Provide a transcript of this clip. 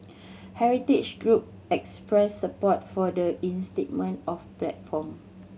heritage group expressed support for the reinstatement of platform